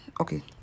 Okay